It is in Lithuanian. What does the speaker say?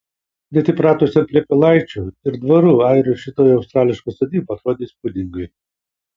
net įpratusiam prie pilaičių ir dvarų airiui šitoji australiška sodyba atrodė įspūdingai